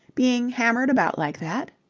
being hammered about like that?